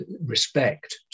respect